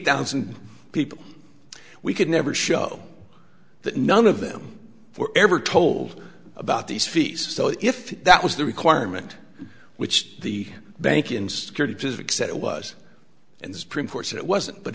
thousand people we could never show that none of them were ever told about these fees so if that was the requirement which the bank in security does accept it was in the supreme court it wasn't but